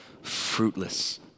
fruitless